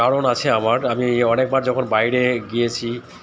কারণ আছে আমার আমি অনেকবার যখন বাইরে গিয়েছি